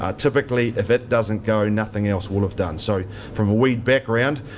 ah typically, if it doesn't go, nothing else will have done. so from a weed background,